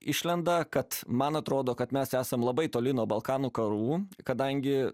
išlenda kad man atrodo kad mes esam labai toli nuo balkanų karų kadangi